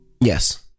Yes